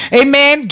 amen